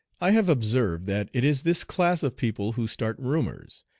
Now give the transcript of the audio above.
i have observed that it is this class of people who start rumors,